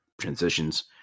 transitions